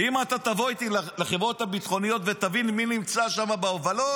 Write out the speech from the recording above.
ואם אתה תבוא איתי לחברות הביטחוניות ותבין מי נמצא שם בהובלות,